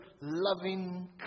loving